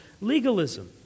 legalism